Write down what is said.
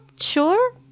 sure